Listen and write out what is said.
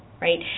right